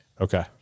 Okay